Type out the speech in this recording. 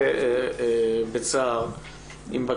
נעם,